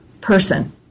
person